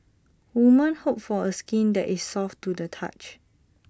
woman hope for A skin that is soft to the touch